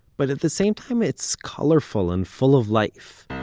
but at the same time it's colorful and full of life.